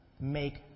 make